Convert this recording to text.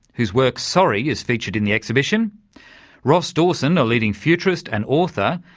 whose work sorry, is featured in the exhibition ross dawson, a leading futurist and author,